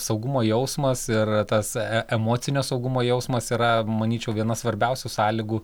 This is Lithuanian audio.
saugumo jausmas ir tas e emocinio saugumo jausmas yra manyčiau viena svarbiausių sąlygų